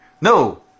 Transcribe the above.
No